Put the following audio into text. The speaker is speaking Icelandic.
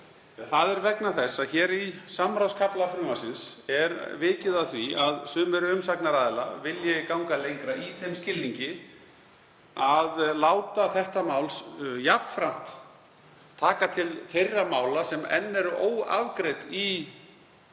Það er vegna þess að í samráðskafla frumvarpsins er vikið að því að sumir umsagnaraðila vilji ganga lengra í þeim skilningi að láta þetta mál jafnframt taka til þeirra mála sem enn eru óafgreidd í